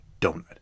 donut